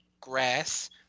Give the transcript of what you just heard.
grass